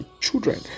children